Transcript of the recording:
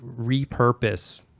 repurpose